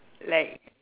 like